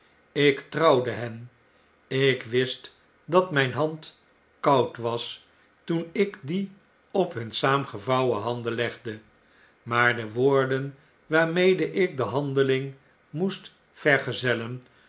ik trouwde hen ik wist dat myn hand koud was toen ik die op hun saamgevouwen handen legde maar de woorden waarmede ikdehandeling moest vergezellen